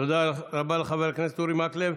תודה רבה לחבר הכנסת אורי מקלב.